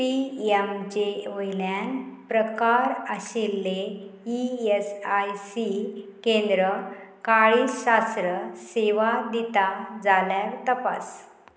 P M J वयल्यान प्रकार आशिल्ले ई एस आय सी केंद्र काळीजशास्त्र सेवा दिता जाल्यार तपास